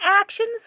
actions